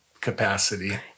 capacity